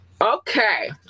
Okay